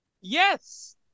Yes